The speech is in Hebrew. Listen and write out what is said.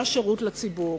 היה שירות לציבור,